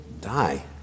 die